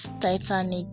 Titanic